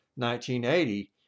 1980